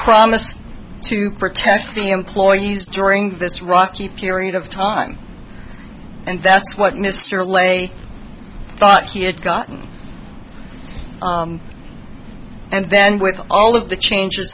promised to protect the employees during this rocky period of time and that's what mr lay thought he had gotten and then with all of the changes